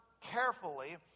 carefully